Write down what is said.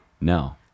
no